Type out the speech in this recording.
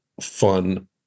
fun